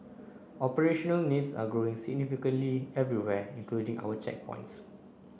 operational needs are growing significantly everywhere including our checkpoints